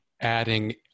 adding